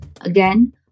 Again